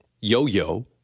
yo-yo